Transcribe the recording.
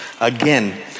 Again